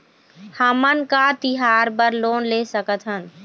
हमन का तिहार बर लोन ले सकथन?